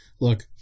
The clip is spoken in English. look